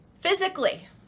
physically